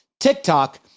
TikTok